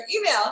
email